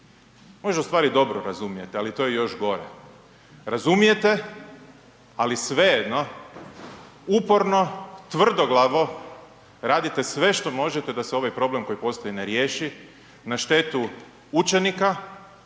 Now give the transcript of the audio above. možda ustvari dobro razumijete, ali to je još gore. Razumijete, ali svejedno uporno tvrdoglavo radite sve što možete da se ovaj problem koji postoji ne riješi na štetu učenika